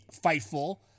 Fightful